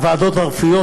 לוועדות הרפואיות.